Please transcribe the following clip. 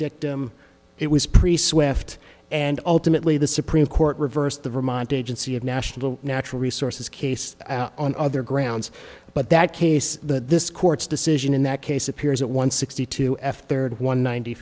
dictum it was pretty swift and ultimately the supreme court reversed the vermont agency of national natural resources case on other grounds but that case that this court's decision in that case appears at one sixty two f third one ninety